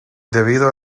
debido